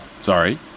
sorry